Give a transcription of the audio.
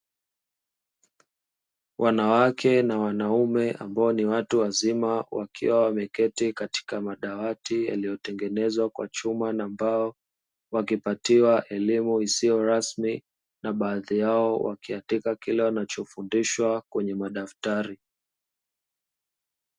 Wanawake na wanaume ambao ni watu wazima wakiwa wameketi katika madawati yaliyotengenezwa kwa chuma na mbao, wakipatiwa elimu isiyo rasmi na baadhi yao wakiandika kile walichofundishwa kwenye madaftari.